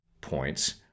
points